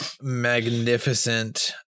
magnificent